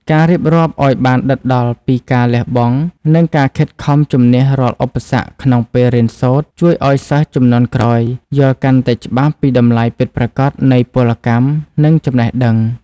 ការរៀបរាប់ឱ្យបានដិតដល់ពីការលះបង់ និងការខិតខំជម្នះរាល់ឧបសគ្គក្នុងពេលរៀនសូត្រ ជួយឱ្យសិស្សជំនាន់ក្រោយយល់កាន់តែច្បាស់ពីតម្លៃពិតប្រាកដនៃពលកម្ម និងចំណេះដឹង។